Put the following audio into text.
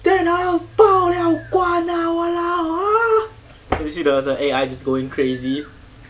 电脑要爆了关啊 !walao! ah you see the the A_I just going crazy